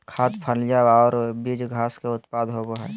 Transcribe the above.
खाद्य, फलियां और बीज घास के उत्पाद होबो हइ